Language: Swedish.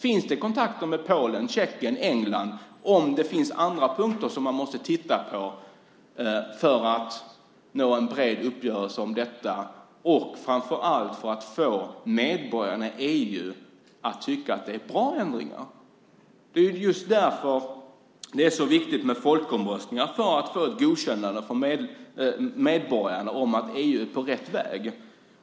Finns det kontakter med Polen, Tjeckien och England om det finns andra punkter som man måste titta på för att nå en bred uppgörelse om detta och framför allt för att få medborgarna i EU att tycka att det är bra ändringar? Det är viktigt med folkomröstningar just för att få ett godkännande från medborgarna om att EU är på rätt väg.